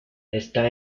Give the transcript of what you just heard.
está